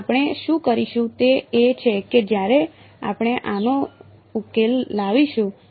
તેથી આપણે શું કરીશું તે એ છે કે જ્યારે આપણે આનો ઉકેલ લાવીશું